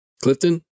clifton